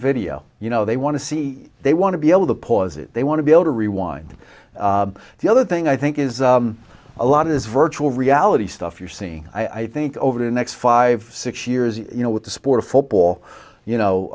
video you know they want to see they want to be able to pause it they want to be able to rewind the other thing i think is a lot of this virtual reality stuff you're seeing i think over the next five six years you know with the sport of football you know